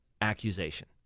accusation